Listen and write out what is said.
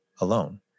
alone